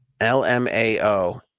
lmao